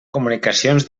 comunicacions